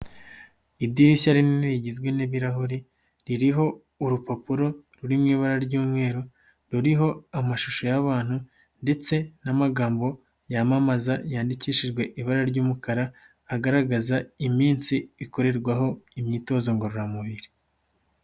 Idirishya rinini rigizwe n'ibirahuri, ririho urupapuro ruri mu ibara ry'umweru, ruriho amashusho y'abantu, ndetse n'amagambo yamamaza, yandikishijwe ibara ry'umukara, agaragaza iminsi ikorerwaho imyitozo ngororamubiri.